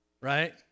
right